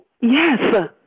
Yes